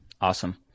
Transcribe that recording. Awesome